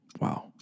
Wow